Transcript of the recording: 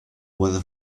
weather